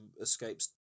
escapes